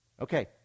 Okay